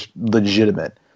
legitimate